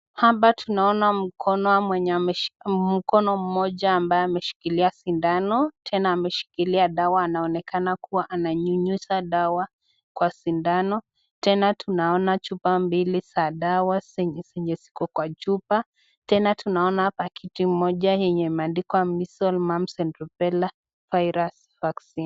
Hapa tunaona mkono mwenye mkono Moja ambaye ameshikilia sindano Tena ameshikilia dawa, anaonekana kuwa ananyunyizia dawa kwa sindano Tena tunaona, chupa mbili za dawa zenye ziko kwa chupa, Tena tunaona paketi Moja yenye imeandikwa measles, mums and rubella virus vaccines.